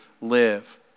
live